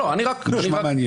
נשמע מעניין.